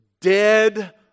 dead